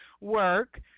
work